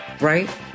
right